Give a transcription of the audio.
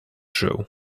show